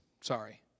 sorry